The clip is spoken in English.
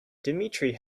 dmitry